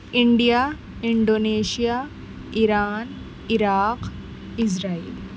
India Indonesia Iran Iraq عزرائیل